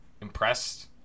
impressed